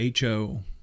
HO